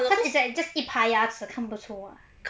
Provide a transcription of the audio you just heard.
cause it's just 一排牙齿看不出 ah